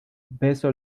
beso